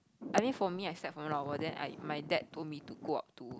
I mean for me I slept for one hour then I my dad told me to go up to